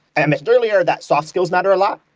i mentioned earlier that soft skills matter a lot.